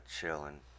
chilling